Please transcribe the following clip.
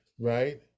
right